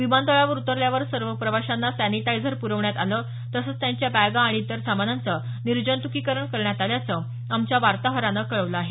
विमानतळावर उतरल्यावर सर्व प्रवाशांना सॅनिटायझर प्रवण्यात आलं तसंच त्यांच्या बॅगा आणि इतर सामानाचं निर्जंतुकीकरण करण्यात आल्याचं आमच्या वार्ताहरानं कळवलं आहे